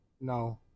no